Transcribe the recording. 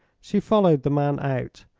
she followed the man out,